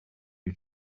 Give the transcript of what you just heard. you